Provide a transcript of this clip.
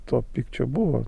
to pykčio buvo